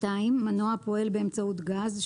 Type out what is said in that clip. מנוע הפועל באמצעות גז,